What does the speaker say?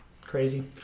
Crazy